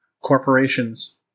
corporations